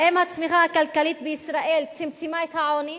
האם הצמיחה הכלכלית בישראל צמצמה את העוני?